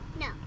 No